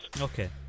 Okay